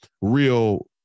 real